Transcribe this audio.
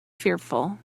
fearful